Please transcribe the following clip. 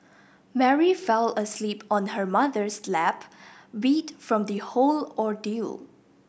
Mary fell asleep on her mother's lap beat from the whole ordeal